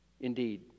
Indeed